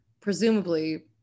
presumably